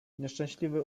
nieszczęśliwy